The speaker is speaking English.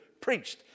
preached